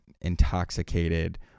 intoxicated